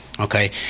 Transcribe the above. Okay